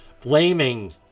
Blaming